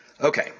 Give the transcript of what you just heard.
Okay